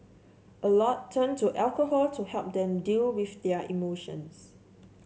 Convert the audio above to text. a lot turn to alcohol to help them deal with their emotions